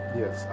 yes